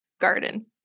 garden